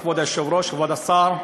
כבוד השר, כבוד השר,